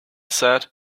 said